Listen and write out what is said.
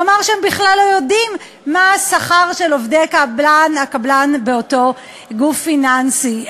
הוא אמר שהם בכלל לא יודעים מה השכר של עובדי הקבלן באותו גוף פיננסי.